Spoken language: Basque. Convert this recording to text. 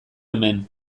hemen